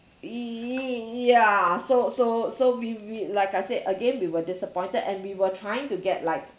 yeah so so so we we like I said again we were disappointed and we were trying to get like